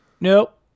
Nope